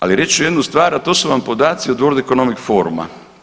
Ali reći ću jednu stvar, a to su vam podaci od World economic foruma.